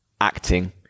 acting